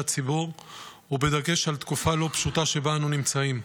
הציבור ובדגש על התקופה הלא-פשוטה שבה אנו נמצאים.